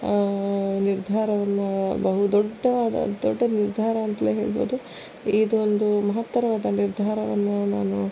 ನಿರ್ಧಾರವನ್ನು ಬಹು ದೊಡ್ಡವಾದ ದೊಡ್ಡ ನಿರ್ಧಾರ ಅಂತಲೇ ಹೇಳ್ಬೋದು ಇದೊಂದು ಮಹತ್ತರವಾದ ನಿರ್ಧಾರವನ್ನು ನಾನು